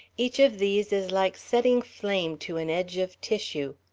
each of these is like setting flame to an edge of tissue.